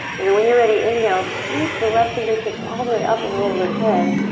and then when you're ready, inhale, sweep the left fingertips all the way up and overhead.